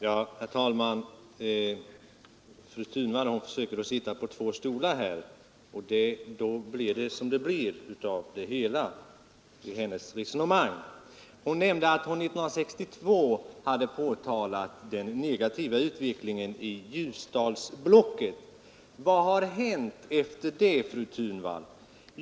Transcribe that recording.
Herr talman! Fru Thunvall försöker här sitta på två stolar, och då blir hennes resonemang som det blir. Hon sade att hon 1962 hade påpekat den negativa utvecklingen i Ljusdalsblocket, men vad har sedan hänt, fru Thunvall?